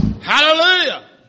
Hallelujah